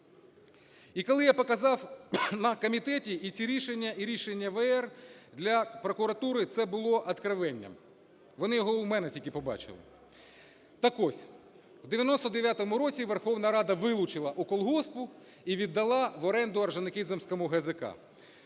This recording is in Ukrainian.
І коли я показав на комітеті, і ці рішення, і рішення ВР для прокуратури це було одкровенням, вони його в мене тільки побачили. Так ось, у 1999 році Верховна Рада вилучила у колгоспу і віддала в оренду Орджонікідзевському ГЗК,